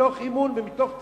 מתוך אמון ולפעמים מתוך תמימות,